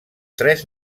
tres